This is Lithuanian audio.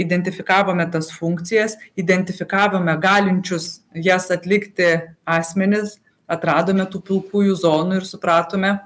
identifikavome tas funkcijas identifikavome galinčius jas atlikti asmenis atradome tų pilkųjų zonų ir supratome